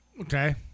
Okay